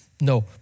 No